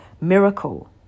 miracle